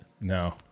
No